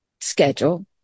schedule